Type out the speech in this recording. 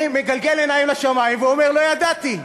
מגלגל עיניים לשמים ואומר: לא ידעתי.